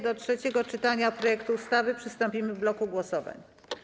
Do trzeciego czytania projektu ustawy przystąpimy w bloku głosowań.